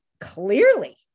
clearly